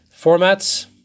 formats